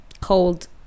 cold